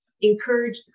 Encourage